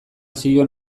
zion